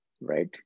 Right